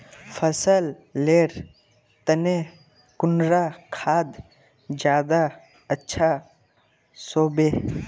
फसल लेर तने कुंडा खाद ज्यादा अच्छा सोबे?